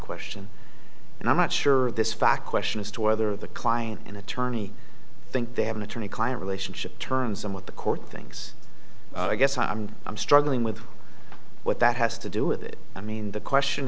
question and i'm not sure this fact question as to whether the client an attorney think they have an attorney client relationship turns and what the court thinks i guess i'm i'm struggling with what that has to do with it i mean the question